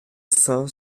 saint